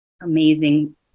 amazing